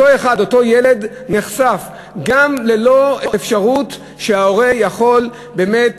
אותו ילד נחשף, גם ללא אפשרות שההורה יכול באמת